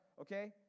okay